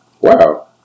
Wow